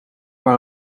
maar